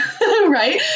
right